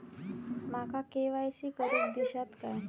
माका के.वाय.सी करून दिश्यात काय?